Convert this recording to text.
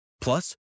Plus